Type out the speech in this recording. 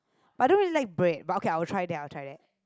but I don't really like bread but okay I'll try that I'll try that